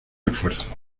refuerzos